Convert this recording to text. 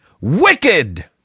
wicked